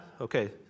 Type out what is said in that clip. Okay